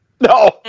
No